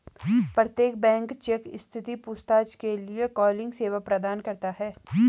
प्रत्येक bank check स्थिति पूछताछ के लिए कॉलिंग सेवा प्रदान करता हैं